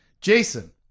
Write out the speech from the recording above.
Jason